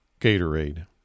gatorade